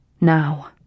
now